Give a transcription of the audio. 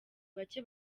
bake